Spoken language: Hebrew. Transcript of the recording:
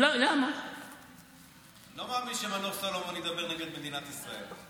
אני לא מאמין שמנור סולומון ידבר נגד מדינת ישראל.